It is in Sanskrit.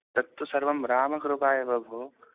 तत्तु सर्वं रामकृपा एव भो